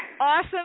awesome